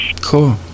cool